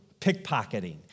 pickpocketing